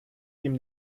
ihm